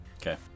okay